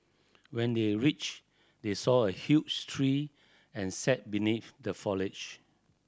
when they reached they saw a huge tree and sat beneath the foliage